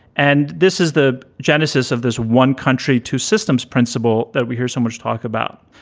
and this is the genesis of this one country, two systems principle that we hear so much talk about.